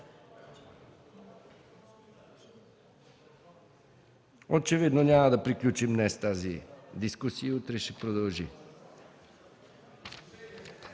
Очевидно няма да приключим днес тази дискусия и утре ще продължи.